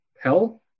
hell